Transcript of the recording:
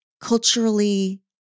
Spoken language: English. culturally